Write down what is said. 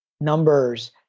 numbers